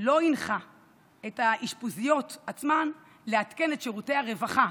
לא הנחה את האשפוזיות עצמן לעדכן את שירותי הרווחה